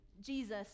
Jesus